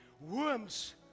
Worms